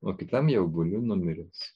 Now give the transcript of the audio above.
o kitam jau guliu numiręs